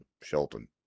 Shelton